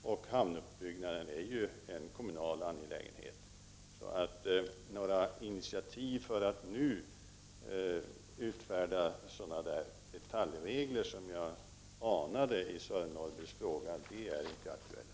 Vidare är hamnuppbyggnaden en kommunal angelägenhet. Några initiativ när det gäller att nu utfärda detaljregler av det slag som jag anar i Sören Norrbys fråga är således inte aktuella.